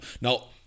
Now